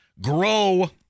grow